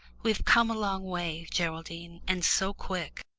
we've come a long way, geraldine, and so quick.